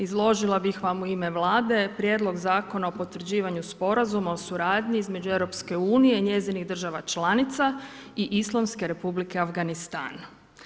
Izložila bih vam u ime Vlade Prijedlog zakona o potvrđivanju sporazuma o suradnji između Europske unije i njezinih država članica i Islamske Republike Afganistana.